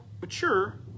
mature